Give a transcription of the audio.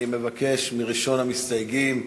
אני מבקש מראשון המסתייגים,